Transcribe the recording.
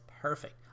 perfect